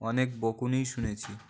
অনেক বকুনি শুনেছি